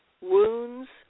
wounds